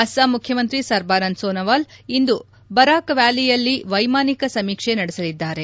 ಅಸ್ಸಾಂ ಮುಖ್ಯಮಂತ್ರಿ ಸರ್ಬಾನಂದ್ ಸೊನೊವಾಲ್ ಇಂದು ಬಾರಕ್ ವ್ಯಾಲಿಯಲ್ಲಿ ವೈಮಾನಿಕ ಸಮೀಕ್ಷೆ ನಡೆಸಲಿದ್ದಾರೆ